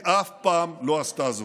היא אף פעם לא עשתה זאת.